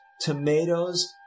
tomatoes